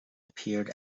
appeared